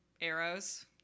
arrows